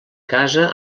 casa